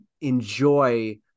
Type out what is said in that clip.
enjoy